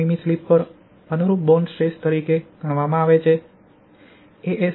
5 મીમી સ્લિપ પર અનુરૂપ બોન્ડ સ્ટ્રેસ તરીકે ગણવામાં આવે છે એ